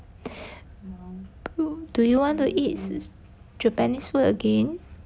who do you want to eat japanese food again